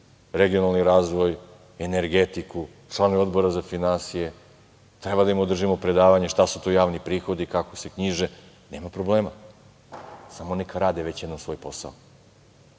regionalni razvoj, energetiku, članovi Odbora za finansije, treba da im održimo predavanje šta su to javni prihodi, kako se knjiže, nema problema. Samo neka rade već jednom svoj posao,